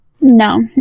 no